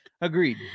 Agreed